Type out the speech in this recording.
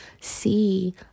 see